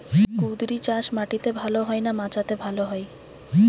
কুঁদরি চাষ মাটিতে ভালো হয় না মাচাতে ভালো হয়?